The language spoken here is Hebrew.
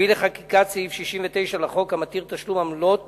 הביאו לחקיקת סעיף 69 לחוק, המתיר תשלום עמלות